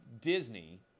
Disney